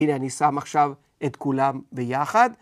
הנה אני שם עכשיו את כולם ביחד.